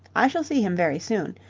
i shall see him very soon,